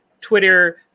Twitter